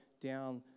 down